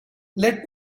let